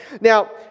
Now